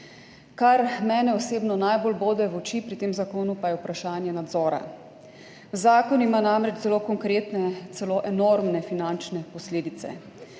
Kar mene osebno najbolj bode v oči pri tem zakonu, pa je vprašanje nadzora. Zakon ima namreč zelo konkretne, celo enormne finančne posledice.